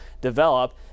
develop